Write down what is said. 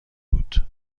بود